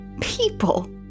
people